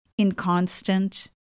inconstant